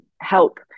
help